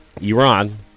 Iran